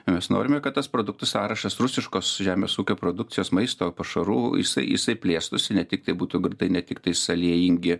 mes norime kad tas produktų sąrašas rusiškos žemės ūkio produkcijos maisto pašarų jisai jisai plėstųsi ne tiktai būtų ne tik tais aliejingi